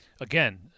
Again